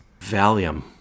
Valium